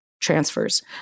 transfers